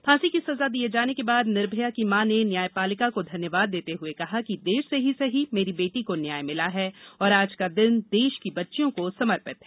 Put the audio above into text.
फांसी की सजा दिये जाने के बाद निर्भया की मॉ ने न्यायपालिका को धन्यवाद देते हुए कहा कि देर से ही सही मेरी बेटी को न्याय भिला है और आज का दिन देश की बच्चियों को समर्पित है